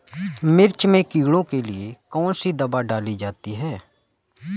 मिर्च में कीड़ों के लिए कौनसी दावा डाली जाती है?